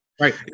Right